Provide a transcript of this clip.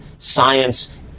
science